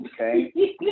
okay